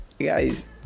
Guys